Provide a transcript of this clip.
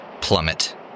plummet